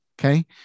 Okay